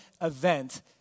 event